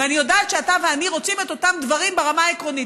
ואני יודעת שאתה ואני רוצים את אותם דברים ברמה העקרונית,